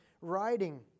writing